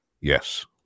Yes